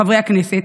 חברי הכנסת,